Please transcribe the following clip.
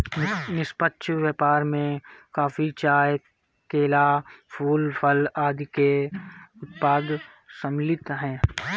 निष्पक्ष व्यापार में कॉफी, चाय, केला, फूल, फल आदि के उत्पाद सम्मिलित हैं